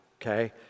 okay